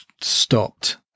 stopped